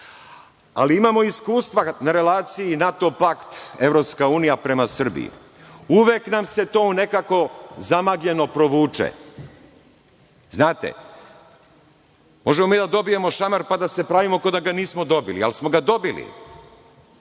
ali imamo iskustva na relaciji NATO pakt-Evropska unija prema Srbiji. Uvek nam se to nekako zamagljeno provuče. Znate, možemo mi da dobijemo šamar, pa da se pravimo kao da ga nismo dobili, ali smo ga dobili.